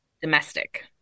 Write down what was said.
Domestic